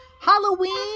Halloween